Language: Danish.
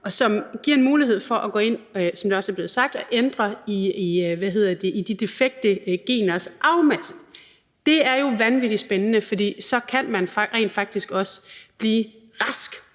som giver en mulighed for at gå ind, som det også er blevet sagt, og ændre i de defekte geners arvemasse. Det er jo vanvittig spændende, for så kan man rent faktisk også blive rask